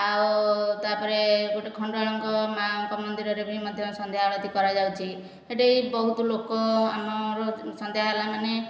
ଆଉ ତା'ପରେ ଗୋଟିଏ ଖଣ୍ଡୁଆଳ ମା'ଙ୍କ ମନ୍ଦିରରେ ମଧ୍ୟ ସନ୍ଧ୍ୟା ଆଳତି କରାଯାଉଛି ହେଠି ବହୁତ ଲୋକ ଆମର ସନ୍ଧ୍ୟା ହେଲା ମାନେ